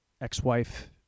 ex-wife